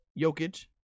Jokic